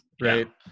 right